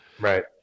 Right